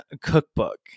Cookbook